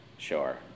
Sure